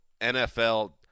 nfl